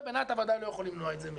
בעיניי אתה ודאי לא יכול למנוע את זה מהם,